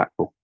impactful